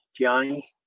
Johnny